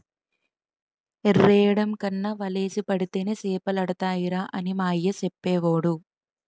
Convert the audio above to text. ఎరెయ్యడం కన్నా వలేసి పడితేనే సేపలడతాయిరా అని మా అయ్య సెప్పేవోడు